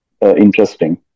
interesting